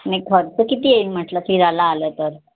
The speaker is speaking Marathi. नाही खर्च किती येईल म्हटलं फिरायला आलं तर